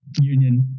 union